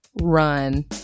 run